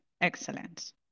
excellence